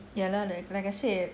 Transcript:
ya lah like I said